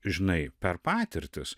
žinai per patirtis